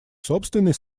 собственный